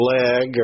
leg